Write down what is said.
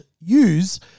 use